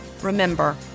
Remember